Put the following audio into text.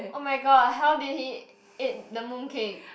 oh-my-god how did he eat the mooncake